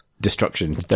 destruction